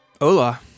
Hola